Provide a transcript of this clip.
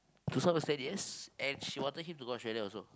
to some extent yes and she wanted him to go Australia also